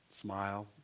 smile